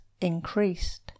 increased